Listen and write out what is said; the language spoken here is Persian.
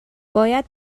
باید